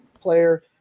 player